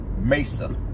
Mesa